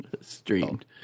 streamed